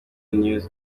news